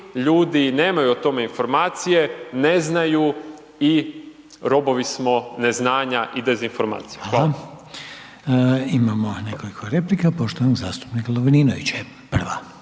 ljudi nemaju o tom informacije, ne znaju i robovi smo neznanja i dezinformacija. Hvala. **Reiner, Željko (HDZ)** Hvala, imamo nekoliko replika poštovanog zastupnika Lovrinovića je prva.